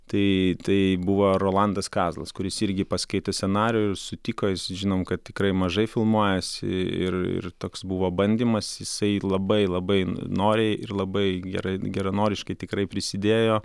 tai tai buvo rolandas kazlas kuris irgi paskaitė scenarijų ir sutiko jis žinom kad tikrai mažai filmuojasi ir ir toks buvo bandymas jisai labai labai noriai ir labai gerai geranoriškai tikrai prisidėjo